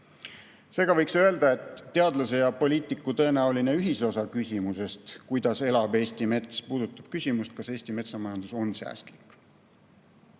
Seega võiks öelda, et teadlase ja poliitiku tõenäoline ühisosa küsimusest, kuidas elab Eesti mets, puudutab seda, kas Eesti metsamajandus on säästlik. Sellele